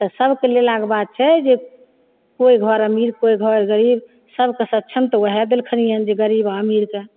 तऽ सबके लेलाके बात छै जे कोइ घर अमीर कोइ घर गरीब सबके सक्षम तऽ ओएह देलखनि हँ जे गरीब अमीरके